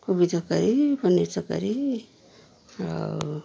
କୋବି ତରକାରୀ ପନିର ତରକାରୀ ଆଉ